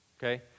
Okay